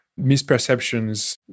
misperceptions